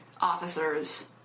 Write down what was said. Officers